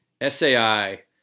SAI